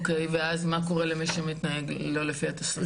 אוקיי, ואז מה קורה למי שמתנהג לא לפי התסריט?